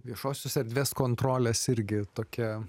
viešosios erdvės kontrolės irgi tokia